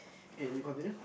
okay you continue